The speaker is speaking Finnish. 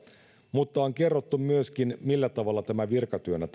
mutta on kerrottu myöskin millä tavalla tämä virkatyönä